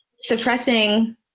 suppressing